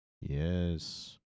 Yes